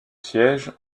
siège